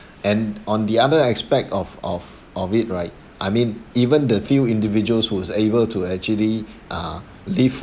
and on the other aspect of of of it right I mean even the few individuals who's able to actually uh live